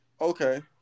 Okay